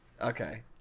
Okay